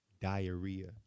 diarrhea